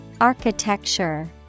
Architecture